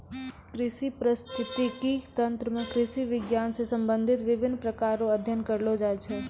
कृषि परिस्थितिकी तंत्र मे कृषि विज्ञान से संबंधित विभिन्न प्रकार रो अध्ययन करलो जाय छै